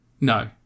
No